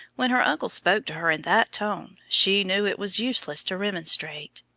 when her uncle spoke to her in that tone she knew it was useless to remonstrate.